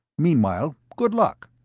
meanwhile, good luck!